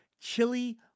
chili